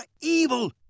evil